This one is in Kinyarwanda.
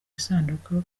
isanduku